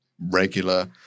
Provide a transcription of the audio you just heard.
regular